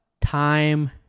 time